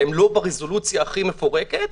לא ברזולוציה הכי מפורטת,